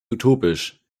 utopisch